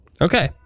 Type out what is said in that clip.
Okay